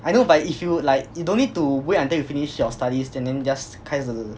I know but if you like you don't need to wait until you finish your studies and then just 开始